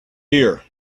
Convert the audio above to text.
here